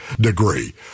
degree